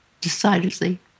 decidedly